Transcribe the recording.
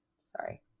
Sorry